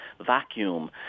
vacuum